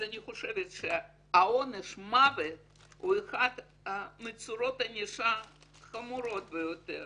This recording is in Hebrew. אז אני חושבת שעונש מוות הוא אחד מצורות הענישה החמורות ביותר